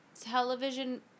Television